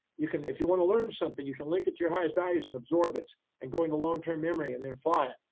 you can, if you want to learn something, you can link it to your highest values and absorb it and going to longterm memory and then apply it.